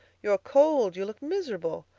you are cold you look miserable.